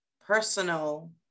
personal